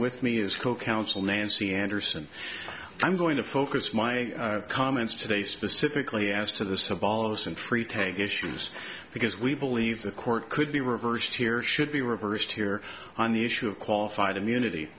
with me as co counsel nancy andersen i'm going to focus my comments today specifically asked to the savalas and free take issues because we believe the court could be reversed here should be reversed here on the issue of qualified immunity